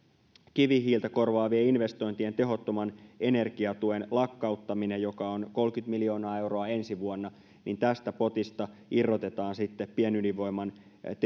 kivihiiltä korvaavien investointien tehottoman energiatuen lakkauttaminen mikä on kolmekymmentä miljoonaa euroa ensi vuonna niin tästä potista irrotetaan sitten pienydinvoiman